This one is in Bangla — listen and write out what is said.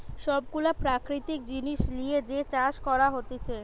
সব গুলা প্রাকৃতিক জিনিস লিয়ে যে চাষ করা হতিছে